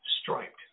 striped